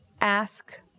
ask